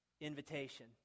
invitation